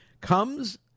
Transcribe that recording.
comes